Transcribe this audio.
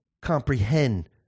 comprehend